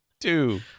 Two